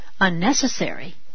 unnecessary